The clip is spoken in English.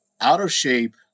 out-of-shape